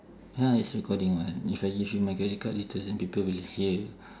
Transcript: ya it's recording [what] if I give you my credit card details then people will hear